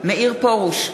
מאיר פרוש,